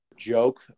joke